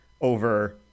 over